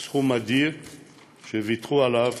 זה סכום אדיר שוויתרו עליו.